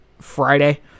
Friday